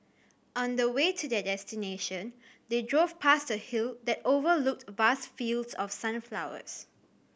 on the way to their destination they drove past a hill that overlooked vast fields of sunflowers